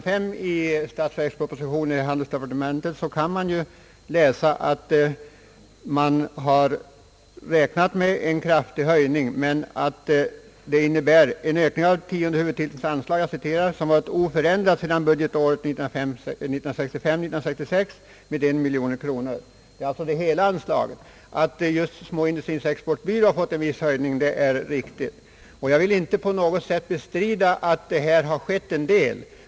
5 i statsverkspropositionen rörande tionde huvudtiteln, kan vi finna att man har räknat med en kraftig höjning för denna informationsverksamhet samt att där står följande: »Detta innebär en ökning av tionde huvudtitelns anslag — som varit oförändrat sedan budgetåret 1965/66 — med 1 miljon kronor.» Detta är alltså fråga om hela anslaget. Att småindustrins exportbyrå fått en viss anslagshöjning är riktigt, och jag vill inte på något sätt be strida att här har skett en hel del.